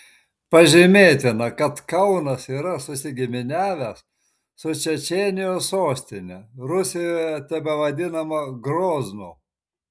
pažymėtina kad kaunas yra susigiminiavęs su čečėnijos sostine rusijoje tebevadinama groznu